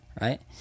right